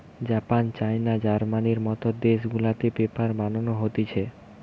Japan, China, জার্মানির মত দেশ গুলাতে পেপার বানানো হতিছে